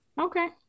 Okay